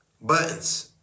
Buttons